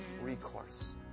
recourse